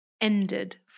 ended